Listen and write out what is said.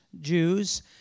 Jews